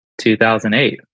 2008